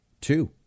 two